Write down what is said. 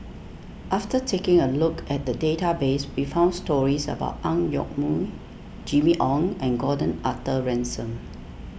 after taking a look at the database we found stories about Ang Yoke Mooi Jimmy Ong and Gordon Arthur Ransome